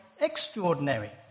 extraordinary